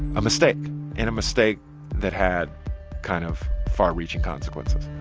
a mistake and a mistake that had kind of far-reaching consequences.